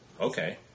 okay